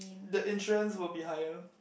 the insurance will be higher